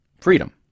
freedom